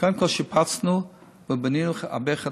קודם כול שיפצנו ובנינו הרבה חדשים,